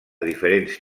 diferents